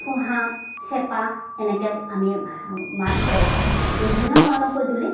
ঠুহা চেপা এনেকে আমি মাছ ধৰোঁ বিভিন্ন ধৰণৰ সঁজুলি